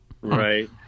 Right